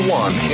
one